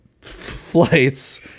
flights